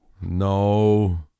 No